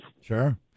Sure